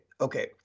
okay